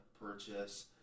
purchase